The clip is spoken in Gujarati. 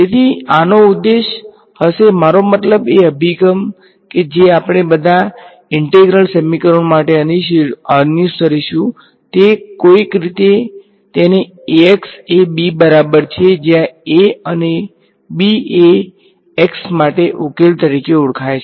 તેથી આનો ઉદ્દેશ્ય હશે મારો મતલબ એ અભિગમ કે જે આપણે બધા ઈંટેગ્રલ સમીકરણો માટે અનુસરીશું તે કોઈક રીતે તેને Ax એ b બરાબર છે જ્યાં A અને b એ x માટે ઉકેલ તરીકે ઓળખાય છે